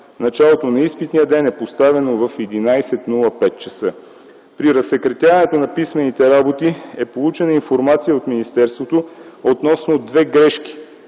Началото на изпитния ден е поставено в 11,05 ч. При разсекретяването на писмените работи е получена информация от министерството относно две грешки